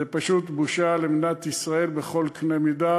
זה פשוט בושה למדינת ישראל בכל קנה מידה